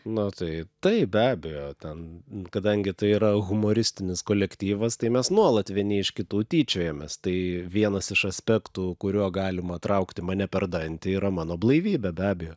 na taip tai be abejo ten kadangi tai yra humoristinis kolektyvas tai mes nuolat vieni iš kitų tyčiojamės tai vienas iš aspektų kuriuo galima traukti mane per dantį yra mano blaivybė be abejo